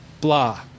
blah